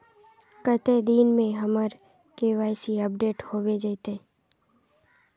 कते दिन में हमर के.वाई.सी अपडेट होबे जयते?